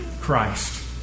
Christ